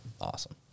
Awesome